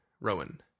Rowan